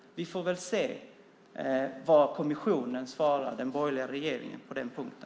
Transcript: Vi får väl se vad kommissionen svarar den borgerliga regeringen på den punkten.